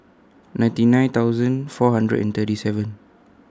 ninety nine thousand four hundred and thirty seven